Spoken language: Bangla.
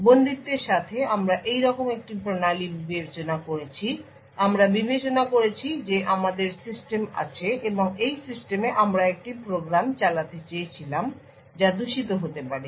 বন্দিত্বের সাথে আমরা এইরকম একটি প্রণালী বিবেচনা করেছি আমরা বিবেচনা করেছি যে আমাদের সিস্টেম আছে এবং এই সিস্টেমে আমরা একটি প্রোগ্রাম চালাতে চেয়েছিলাম যা দূষিত হতে পারে